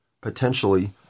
potentially